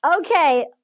Okay